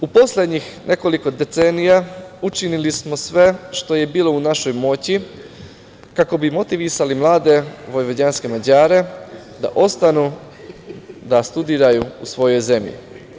U poslednjih nekoliko decenija učinili smo sve što je bilo u našoj moći kako bi motivisali mlade vojvođanske Mađare da ostanu da studiraju u svojoj zemlji.